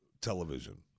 television